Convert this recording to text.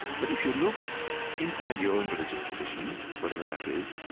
but if you look inside your own religious tradition, whatever that is,